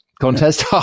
contest